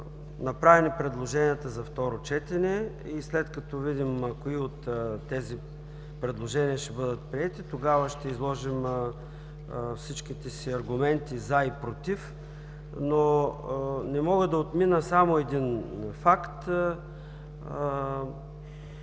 направени предложенията за второ четене, и след като видим кои от тези предложения ще бъдат приети, тогава ще изложим всичките си аргументи „за“ и „против“. Не мога обаче да отмина само един факт